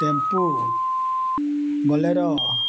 tempo bolero